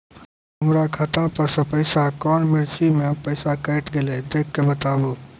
हमर खाता पर से पैसा कौन मिर्ची मे पैसा कैट गेलौ देख के बताबू?